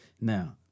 Now